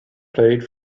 played